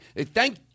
thank